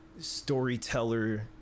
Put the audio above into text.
storyteller